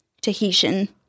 Tahitian